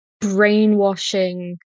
brainwashing